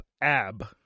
ab